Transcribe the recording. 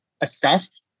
assessed